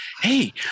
hey